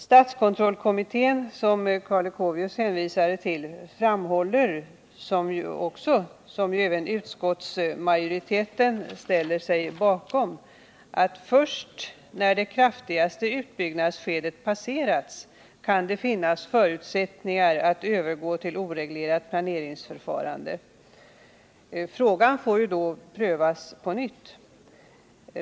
Statskontrollkommittén, som Karl Leuchovius hänvisade till, framhåller att först när det kraftigaste utbyggnadsskedet har passerat kan det finnas förutsättningar för att övergå till oreglerat planeringsförfarande, och det ställer sig även utskottsmajoriteten bakom. Frågan får då prövas på nytt.